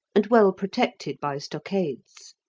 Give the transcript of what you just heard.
and well protected by stockades.